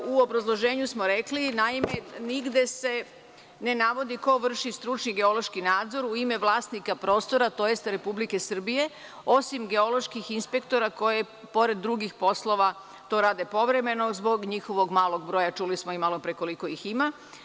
U obrazloženju smo rekli, naime nigde se ne navodi ko vrši stručni geološki nadzor u ime vlasnika prostora, tj. Republike Srbije, osim geoloških inspektora koji pored drugih poslova to rade povremeno zbog njihovog malog broja, čuli smo i malo pre koliko ih ima.